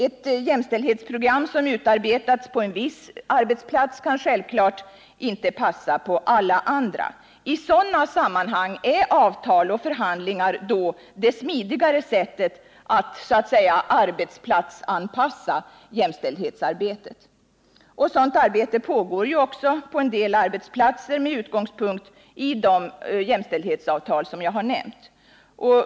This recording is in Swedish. Ett jämställdhetsprogram som utarbetats på en viss arbetsplats kan självfallet inte passa på alla andra. I sådana sammanhang är avtal och förhandlingar det smidigare sättet att ”arbetsplatsanpassa” jämställdhetsarbetet. Och sådant arbete pågår ju också på en del arbetsplatser med utgångspunkt i de jämställdhetsavtal som jag har nämnt.